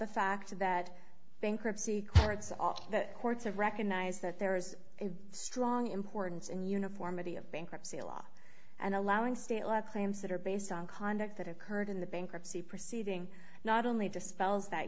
the fact that bankruptcy courts all that courts have recognized that there's a strong importance in uniformity of bankruptcy law and allowing state law claims that are based on conduct that occurred in the bankruptcy proceeding not only dispels that